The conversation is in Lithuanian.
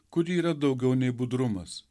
kuri yra daugiau nei budrumas